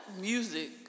music